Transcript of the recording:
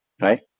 right